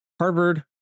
Harvard